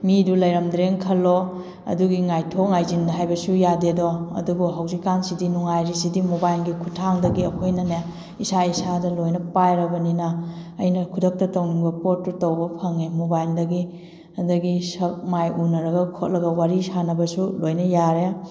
ꯃꯤꯗꯣ ꯂꯩꯔꯝꯗ꯭ꯔꯦꯅ ꯈꯜꯂꯣ ꯑꯗꯨꯒꯤ ꯉꯥꯏꯊꯣꯛ ꯉꯥꯏꯁꯤꯟ ꯍꯥꯏꯕꯁꯨ ꯌꯥꯗꯦꯗꯣ ꯑꯗꯨꯨꯕꯨ ꯍꯧꯖꯤꯛꯀꯥꯟꯁꯤꯗꯤ ꯅꯨꯡꯉꯥꯏꯔꯤꯁꯤꯗꯤ ꯃꯣꯕꯥꯏꯜꯒꯤ ꯈꯨꯊꯥꯡꯗꯒꯤ ꯑꯩꯈꯣꯏꯅꯅꯦ ꯏꯁꯥ ꯏꯁꯥꯗ ꯂꯣꯏꯅ ꯄꯥꯏꯔꯕꯅꯤꯅ ꯑꯩꯅ ꯈꯨꯗꯛꯇ ꯇꯧꯅꯤꯡꯕ ꯄꯣꯠꯇꯣ ꯇꯧꯕ ꯐꯪꯉꯦ ꯃꯣꯕꯥꯏꯜꯗꯒꯤ ꯑꯗꯒꯤ ꯁꯛ ꯃꯥꯏ ꯎꯅꯔꯒ ꯈꯣꯠꯂꯒ ꯋꯥꯔꯤ ꯁꯥꯟꯅꯕꯁꯨ ꯂꯣꯏꯅ ꯌꯥꯔꯦ